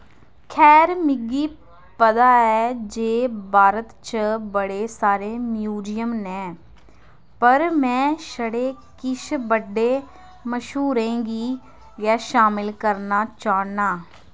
खैर मिगी पता ऐ जे भारत च बड़े सारे म्यूजियम न पर में छड़े किश बड्डे मश्हूरें गी गै शामल करना चाह्न्नां